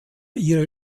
ihre